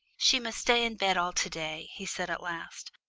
she must stay in bed all to-day, he said at last.